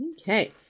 okay